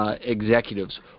executives